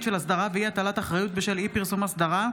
של אסדרה ואי-הטלת אחריות בשל אי-פרסום אסדרה),